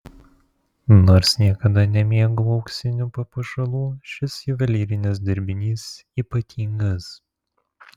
nors niekada nemėgau auksinių papuošalų šis juvelyrinis dirbinys ypatingas